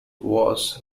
was